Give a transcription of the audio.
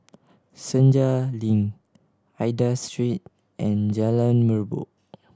Senja Link Aida Street and Jalan Merbok